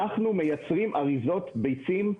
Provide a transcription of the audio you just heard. אנחנו מייצרים אריזות ביצים.